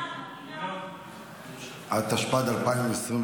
התשפ"ד 2024,